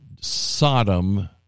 Sodom